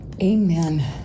Amen